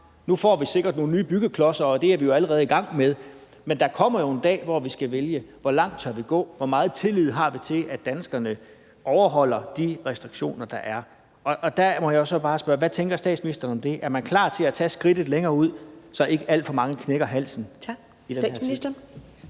nu får vi sikkert nogle nye byggeklodser, og det er vi jo allerede i gang med, men der kommer jo en dag, hvor vi skal vælge, hvor langt vi tør gå, og hvor meget tillid vi har til, at danskerne overholder de restriktioner, der er. Og der må jeg jo så bare spørge: Hvad tænker statsministeren om det? Er man klar til at gå et skridt længere, så ikke alt for mange knækker halsen i den her